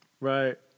Right